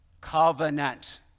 Covenant